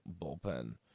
bullpen